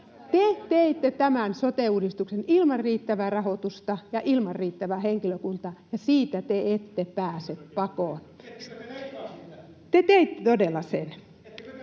Te teitte tämän sote-uudistuksen ilman riittävää rahoitusta ja ilman riittävää henkilökuntaa, ja siitä te ette pääse pakoon. Te teitte todella sen.